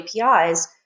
APIs